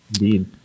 Indeed